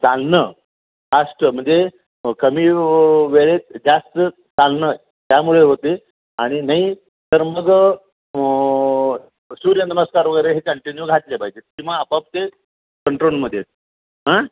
चालणं फास्ट म्हणजे कमी वेळेत जास्त चालणं त्यामुळे होते आणि नाही तर मग सूर्यनमस्कार वगैरे हे कंटिन्यू घातले पाहिजेत किंवा आपोआपच कंट्रोलमध्ये हां